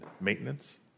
maintenance